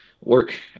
work